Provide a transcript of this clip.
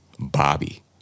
Bobby